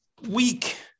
weak